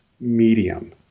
medium